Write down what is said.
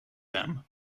them